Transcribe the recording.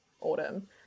autumn